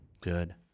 Good